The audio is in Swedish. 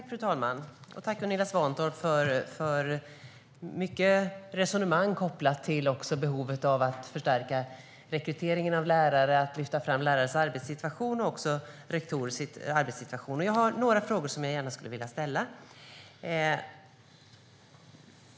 Fru talman! Tack, Gunilla Svantorp, för ditt resonemang om behovet av att förstärka rekryteringen av lärare, att lyfta fram lärarnas och rektorernas arbetssituation. Jag vill ställa några frågor.